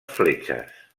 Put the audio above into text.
fletxes